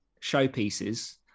showpieces